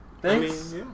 thanks